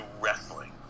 wrestling